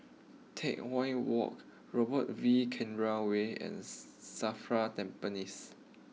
Teck Whye walk Robert V Chandran way and Safra Tampines